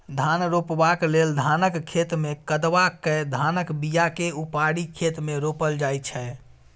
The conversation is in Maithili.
धान रोपबाक लेल धानक खेतमे कदबा कए धानक बीयाकेँ उपारि खेत मे रोपल जाइ छै